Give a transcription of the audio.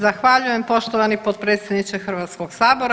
Zahvaljujem poštovani potpredsjedniče Hrvatskog sabora.